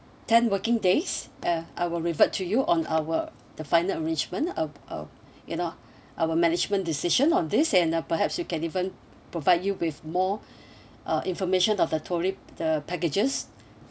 ten working days uh I will revert to you on our the final arrangement of of you know our management decision on this and uh perhaps we can even provide you with more uh information of tourist the packages